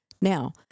Now